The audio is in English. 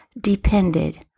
depended